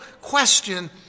question